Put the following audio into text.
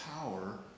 power